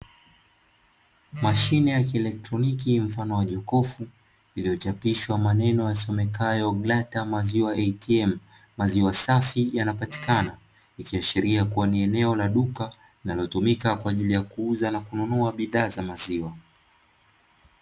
Mashine ya kielektroniki mfano wa jokofu iliyochapishwa maneno yasomekayo "Glata Maziwa ATM. Maziwa safi yanapatikana", ikiashiria kuwa ni eneo la duka linalotumika kwa ajili ya kuuza na kununua bidhaa za maziwa.